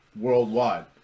worldwide